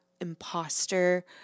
imposter